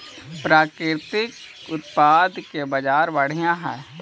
प्राकृतिक उत्पाद के बाजार बढ़ित हइ